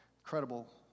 incredible